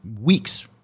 weeks